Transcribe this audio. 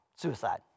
Suicide